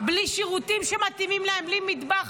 בלי שירותים שמתאימים להם, בלי מטבח.